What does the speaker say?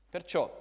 Perciò